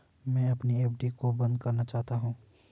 मैं अपनी एफ.डी को बंद करना चाहता हूँ